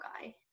guy